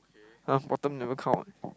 last bottom never count ah